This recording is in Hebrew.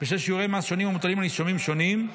בשל שיעורי מס שונים המוטלים על נישומים שונים.